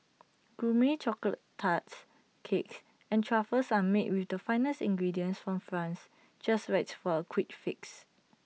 Gourmet Chocolate Tarts Cakes and truffles are made with the finest ingredients from France just right for A quick fix